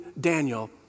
Daniel